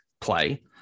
play